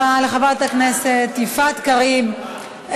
תודה רבה לחברת הכנסת יפעת קריב.